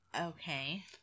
Okay